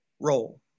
role